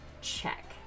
Check